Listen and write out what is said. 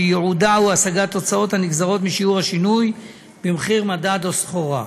שייעודה הוא השגת תוצאות הנגזרות משיעור השינוי במחיר מדד או סחורה.